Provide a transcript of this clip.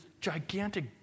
gigantic